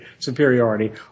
superiority